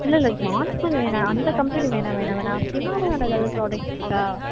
இல்லை இல்லை ஜான்சன் வேணாம் அந்த கம்பெனி வேணாம் வேணாம் வேணாம் ஹிமாலையாவில் எதாவது ப்ராடெக்ட்ஸ் இருக்கா